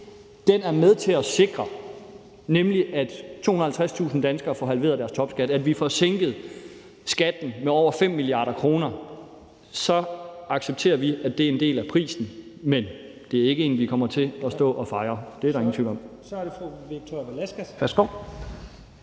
er med til at sikre, at 250.000 danskere får halveret deres topskat, og at vi får sænket skatten med over 5 mia. kr., så accepterer vi, at det er en del af prisen. Men det er ikke en, vi kommer til at stå og fejre; det er der ingen tvivl om.